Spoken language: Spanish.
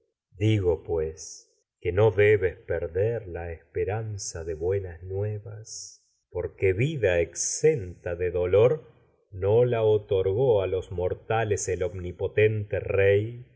digo que no debes perder la esperanza no de buenas nuevas porque vida exenta de dolor la otor gó a los mortales el omnipotente rey